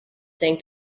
think